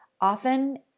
Often